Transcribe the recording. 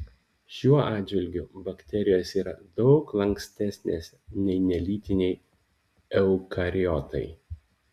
šiuo atžvilgiu bakterijos yra daug lankstesnės nei nelytiniai eukariotai